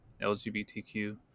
LGBTQ